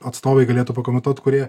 atstovai galėtų pakomentuot kurie